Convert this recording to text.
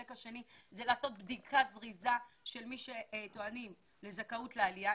החלק השני זה לעשות בדיקה זריזה של מי שטוענים לזכאות לעלייה,